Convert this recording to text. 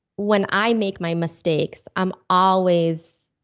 when i make my mistakes, i'm always.